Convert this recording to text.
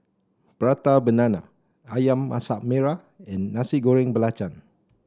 Prata Banana ayam Masak Merah and Nasi Goreng Belacan